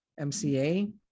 MCA